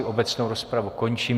Obecnou rozpravu končím.